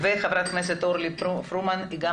גם חברת הכנסת אורלי פרומן הציעה את